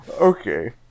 Okay